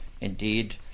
indeed